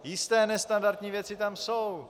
Jisté nestandardní věci tam jsou.